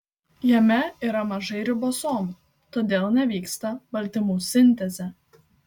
jame yra mažai ribosomų todėl nevyksta baltymų sintezė